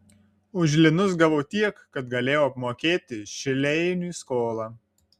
už linus gavau tiek kad galėjau apmokėti šleiniui skolą